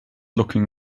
looking